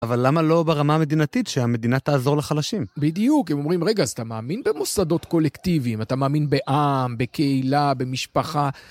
אבל למה לא ברמה המדינתית, שהמדינה תעזור לחלשים? בדיוק, הם אומרים, רגע, אז אתה מאמין במוסדות קולקטיביים? אתה מאמין בעם, בקהילה, במשפחה?